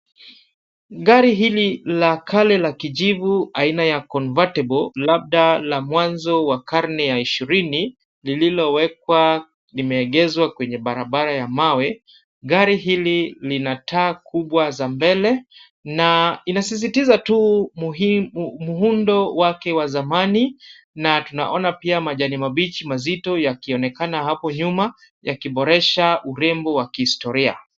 Gari hili la kale la kijivu aina ya convertible labda la mwanzo wa karne ya ishirini, lililowekwa imeegezwa kwenye barabara ya mawe, gari hili lina taa kubwa za mbele na inasisitiza tu mhundo wake wa zamani na tunaona pia majani mabichi mazito yakionekana hapo nyuma, yakiboresha urembo wa kihistoria.